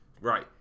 Right